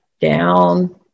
down